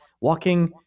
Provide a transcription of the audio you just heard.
walking